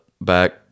back